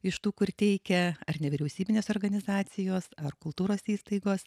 iš tų kur teikia ar nevyriausybinės organizacijos ar kultūros įstaigos